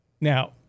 Now